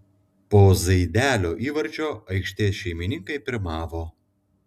po zaidelio įvarčio aikštės šeimininkai pirmavo